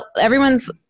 everyone's